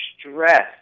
stress